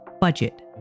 budget